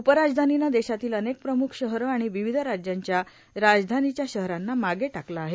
उपराजधानीनं देशातील अनेक प्रमुख शहरं आणि विविध राज्यांच्या राजधानीच्या शहरांना मागे टाकलं आहे